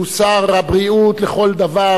שהוא שר הבריאות לכל דבר,